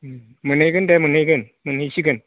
मोनहैगोन दे मोनहैगोन मोनहैसिगोन